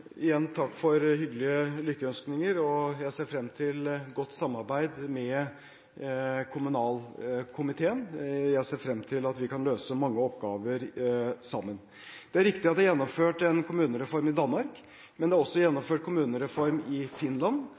Igjen takk for hyggelige lykkeønskninger. Jeg ser frem til godt samarbeid med kommunalkomiteen. Jeg ser frem til at vi kan løse mange oppgaver sammen. Det er riktig at det er gjennomført en kommunereform i Danmark, men det er også gjennomført kommunereform i Finland.